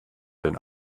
den